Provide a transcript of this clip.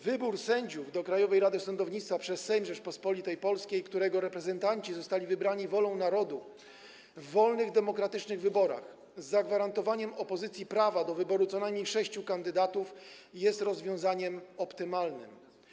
Wybór sędziów do Krajowej Rady Sądownictwa przez Sejm Rzeczypospolitej Polskiej, którego reprezentanci zostali wybrani wolą narodu w wolnych, demokratycznych wyborach, z zagwarantowaniem opozycji prawa do wyboru co najmniej sześciu kandydatów, jest rozwiązaniem optymalnym.